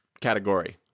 category